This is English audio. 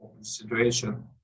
situation